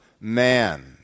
man